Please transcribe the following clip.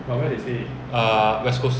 err west coast